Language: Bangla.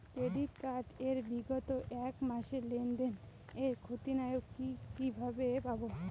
ক্রেডিট কার্ড এর বিগত এক মাসের লেনদেন এর ক্ষতিয়ান কি কিভাবে পাব?